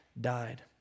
died